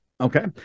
okay